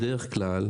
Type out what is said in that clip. בדרך כלל,